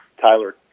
Tyler